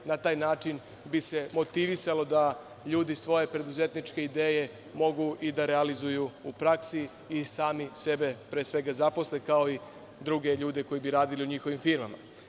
Na taj način bi se motivisali da ljudi svoje preduzetničke ideje mogu i da realizuju u praksi i sami sebe pre svega zaposle, kao i druge ljude koji bi radili u njihovim firmama.